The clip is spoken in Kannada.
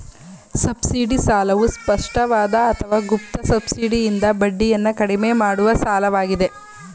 ಸಬ್ಸಿಡಿ ಸಾಲವು ಸ್ಪಷ್ಟವಾದ ಅಥವಾ ಗುಪ್ತ ಸಬ್ಸಿಡಿಯಿಂದ ಬಡ್ಡಿಯನ್ನ ಕಡಿಮೆ ಮಾಡುವ ಸಾಲವಾಗಿದೆ